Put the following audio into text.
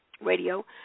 Radio